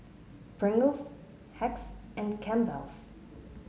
Pringles Hacks and Campbell's